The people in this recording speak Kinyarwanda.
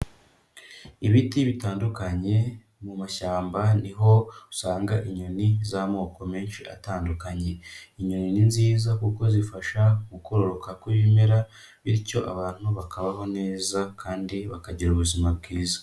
Ibiti bitandukanye mu mashyamba ni ho usanga inyoni z'amoko menshi atandukanye. Inyoni ni nziza kuko zifasha mu kororoka kw'ibimera bityo abantu bakabaho neza kandi bakagira ubuzima bwiza.